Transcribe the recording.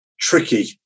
tricky